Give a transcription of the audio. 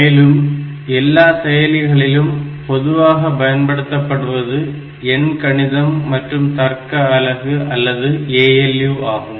மேலும் எல்லா செயலிகளிலும் பொதுவாக பயன்படுத்தப்படுவது எண்கணித மற்றும் தர்க்க அலகு அல்லது ALU ஆகும்